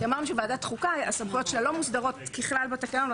כי אמרנו שוועדת החוקה הסמכויות שלה לא מוסדרות ככלל בתקנון,